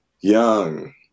young